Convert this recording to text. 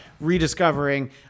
rediscovering